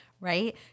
right